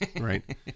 Right